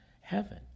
heaven